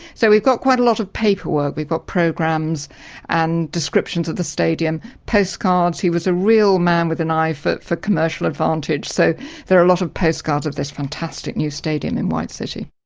so we've got quite a lot of paperwork. we've got programs and descriptions of the stadium, postcards. he was a real man with an eye for for commercial advantage, so there are a lot of postcards of this fantastic new stadium in white city.